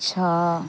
ଛଅ